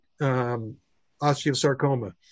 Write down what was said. osteosarcoma